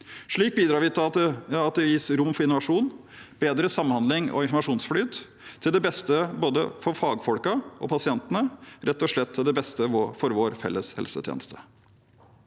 Slik bidrar vi til at det gis rom for innovasjon, bedre samhandling og informasjonsflyt, til beste for både fagfolkene og pasientene – rett og slett til beste for vår felles helsetjeneste.